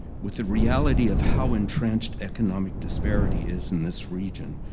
with the reality of how entrenched economic disparity is in this region,